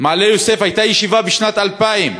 מעלה-יוסף הייתה ישיבה בשנת 2000,